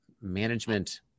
management